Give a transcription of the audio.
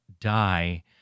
die